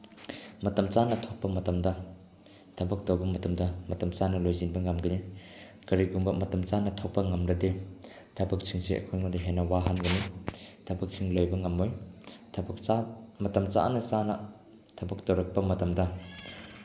ꯃꯇꯝ ꯆꯥꯅ ꯊꯣꯛꯄ ꯃꯇꯝꯗ ꯊꯕꯛ ꯇꯧꯕ ꯃꯇꯝꯗ ꯃꯇꯝ ꯆꯥꯅ ꯂꯣꯏꯁꯤꯟꯕ ꯉꯝꯒꯅꯤ ꯀꯔꯤꯒꯨꯝꯕ ꯃꯇꯝ ꯆꯥꯅ ꯊꯣꯛꯄ ꯉꯝꯗ꯭ꯔꯗꯤ ꯊꯕꯛꯁꯤꯡꯁꯦ ꯑꯩꯈꯣꯏꯗ ꯍꯦꯟꯅ ꯋꯥꯍꯟꯒꯅꯤ ꯊꯕꯛꯁꯤꯡ ꯂꯣꯏꯕ ꯉꯝꯃꯣꯏ ꯊꯕꯛ ꯃꯇꯝ ꯆꯥꯅ ꯆꯥꯅ ꯊꯕꯛ ꯇꯧꯔꯛꯄ ꯃꯇꯝꯗ